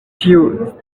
tiu